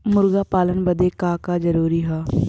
मुर्गी पालन बदे का का जरूरी ह?